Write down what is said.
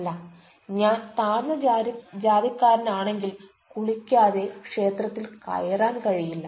അല്ല ഞാൻ താഴ്ന്ന ജാതിക്കാരൻ ആണെങ്കിൽ കുളിക്കാതെ ക്ഷേത്രത്തിൽ കയറാൻ കഴിയില്ല